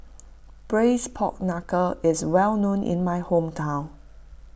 Braised Pork Knuckle is well known in my hometown